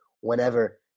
whenever